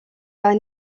pas